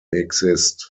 exist